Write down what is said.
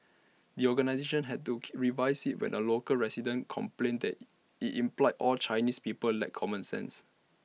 the organisation had to revise IT when A local resident complained that IT implied all Chinese people lacked common sense